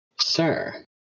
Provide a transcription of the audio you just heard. Sir